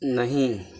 نہیں